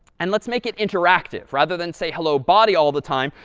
and let's make it interactive. rather than say hello, body all the time,